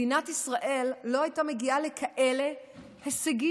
מדינת ישראל לא הייתה מגיעה לכאלה הישגים